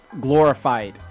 glorified